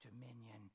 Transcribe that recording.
dominion